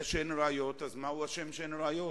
זה שאין ראיות, מה הוא אשם שאין ראיות?